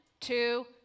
two